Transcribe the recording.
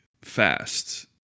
fast